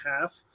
half